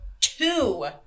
two